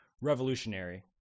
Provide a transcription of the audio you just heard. revolutionary